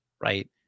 Right